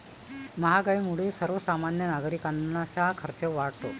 महागाईमुळे सर्वसामान्य नागरिकांचा खर्च वाढतो